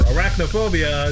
Arachnophobia